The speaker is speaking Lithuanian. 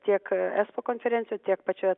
tiek esfa konferencijoje tiek pačioje